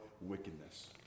wickedness